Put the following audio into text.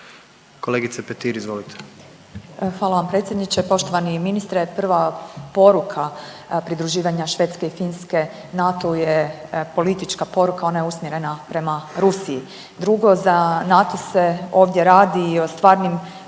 Kolegice Petir, izvolite.